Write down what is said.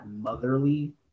motherly